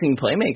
playmaker